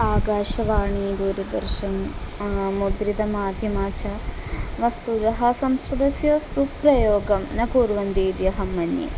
आकाशवाणी दूरदर्शन् मुद्रितमाध्यमाच वस्तुतः संस्कृतस्य सुप्रयोगं न कुर्वन्ति इति अहं मन्ये